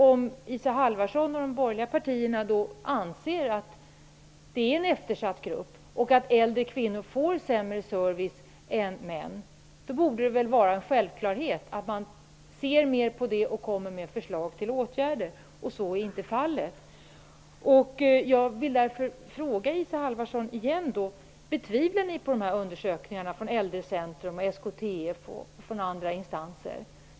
Om Isa Halvarsson och de borgerliga partierna anser att dessa kvinnor utgör en eftersatt grupp och att äldre kvinnor får sämre service än män, borde det väl vara en självklarhet att man studerar det problemet och föreslår åtgärder. Men så är inte fallet. Jag vill därför åter fråga Isa Halvarsson: Tvivlar ni på dessa undersökningar från Äldrecentrum, SKTF och andra instanser?